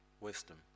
wisdom